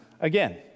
again